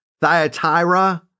Thyatira